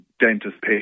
dentist-patient